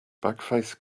backface